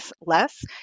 less